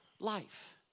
life